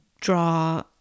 draw